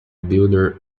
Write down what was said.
builder